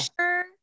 sure